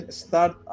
start